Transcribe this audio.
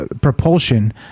Propulsion